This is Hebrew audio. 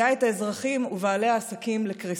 מביאים את האזרחים ובעלי העסקים לקריסה.